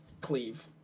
cleave